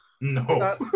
No